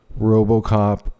Robocop